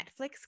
Netflix